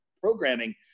programming